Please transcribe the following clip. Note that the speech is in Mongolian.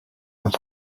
бол